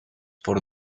por